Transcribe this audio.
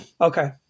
Okay